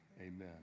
Amen